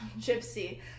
gypsy